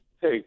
Hey